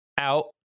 out